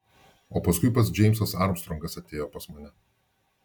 o paskui pats džeimsas armstrongas atėjo pas mane